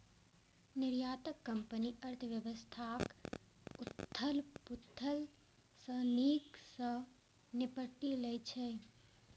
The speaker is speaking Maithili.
निर्यातक कंपनी अर्थव्यवस्थाक उथल पुथल सं नीक सं निपटि लै छै